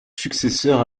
successeur